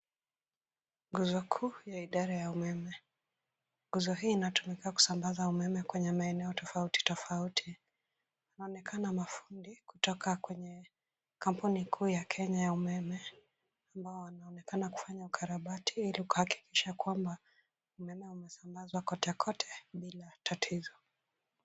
Nguzo kuu ya idara ya umeme. Nguzo hii inatumika kusambaza umeme kwenye maeneo tofauti tofauti. Inaonekana mafundi kutoka kwenye kampuni kuu ya Kenya ya umeme ambao wanaonekana kufanya ukarabati ili kuhakikisha kwamba umeme umesambazwa kote kote bila tatizo.